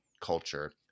culture